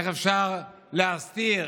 איך אפשר להסתיר,